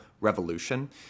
revolution